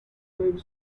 wave